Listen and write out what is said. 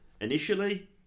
Initially